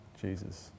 Jesus